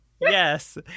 Yes